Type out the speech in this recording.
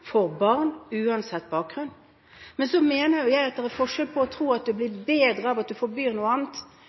for barn, uansett bakgrunn. Men jeg mener jo at det er forskjell på å tro at det blir bedre av at en forbyr noe annet,